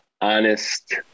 honest